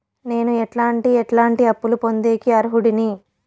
నేను ఎట్లాంటి ఎట్లాంటి అప్పులు పొందేకి అర్హుడిని?